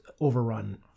overrun